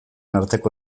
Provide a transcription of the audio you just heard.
arteko